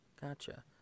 Gotcha